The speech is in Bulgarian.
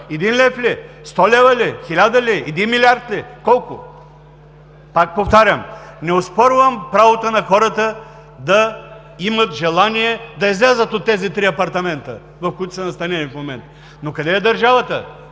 Един лев ли, сто лева ли, хиляда ли, един милиард ли? Колко? Пак повтарям, не оспорвам правото на хората да имат желание да излязат от тези три апартамента, в които са настанени в момента, но къде е държавата,